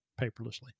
paperlessly